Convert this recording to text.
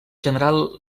general